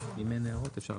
כן.